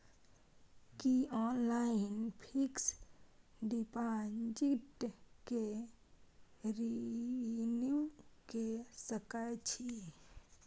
की online fix deposit के renew के सकै छी?